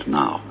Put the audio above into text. now